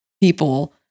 people